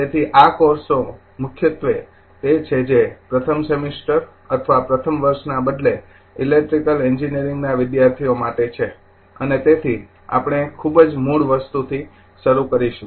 તેથી આ કોર્સ મુખ્યત્વે તે છે જે પ્રથમ સેમેસ્ટર અથવા પ્રથમ વર્ષના બદલે ઇલેક્ટ્રિકલ એન્જિનિયરિંગના વિદ્યાર્થી માટે છે અને તેથી આપણે ખૂબ જ મૂળ વસ્તુથી શરૂ કરીશું